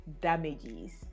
damages